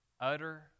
utter